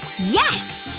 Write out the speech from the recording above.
yes!